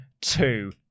two